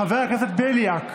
חברי הכנסת בליאק,